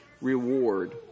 reward